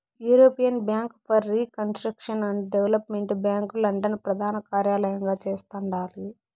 European bank for reconstruction and development bank London ప్రదానకార్యలయంగా చేస్తండాలి